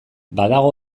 badago